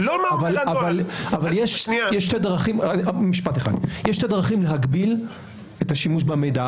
אבל את הדרכים להגביל את השימוש במידע,